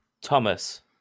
Thomas